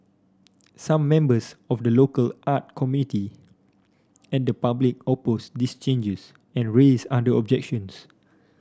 some members of the local art community and the public opposed these changes and raised other objections